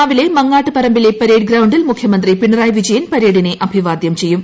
രാപ്പിലെ മാങ്ങാട്ട് പറമ്പിലെ പരേഡ് ഗ്രൌണ്ടിൽ മുഖ്യമന്ത്രി പ്രീണറായി വിജയൻ പരേഡിനെ അഭിവാദ്യം ചെയ്യും